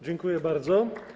Dziękuję bardzo.